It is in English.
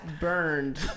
burned